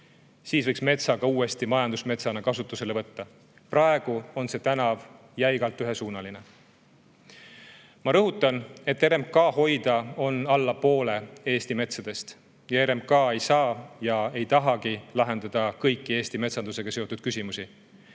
siis võiks metsa uuesti majandusmetsana kasutusele võtta. Praegu on see tänav jäigalt ühesuunaline. Ma rõhutan, et RMK hoida on alla poole Eesti metsadest ja RMK ei saa ja ei tahagi lahendada kõiki Eesti metsandusega seotud küsimusi.